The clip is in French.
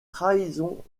trahison